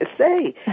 say